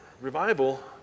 revival